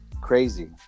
Crazy